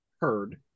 heard